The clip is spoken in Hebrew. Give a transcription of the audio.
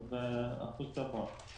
אבל זה אחוז גבוה.